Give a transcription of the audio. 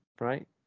right